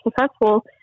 successful